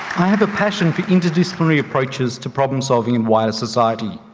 have a passion for interdisciplinary approaches to problem-solving in wider society.